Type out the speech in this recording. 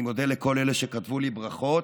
אני מודה לכל אלה שכתבו לי ברכות,